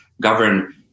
govern